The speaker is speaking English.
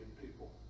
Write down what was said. people